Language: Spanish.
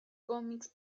cómics